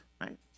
right